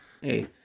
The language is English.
hey